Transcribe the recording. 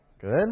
Good